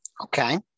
Okay